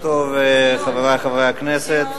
חברי חברי הכנסת,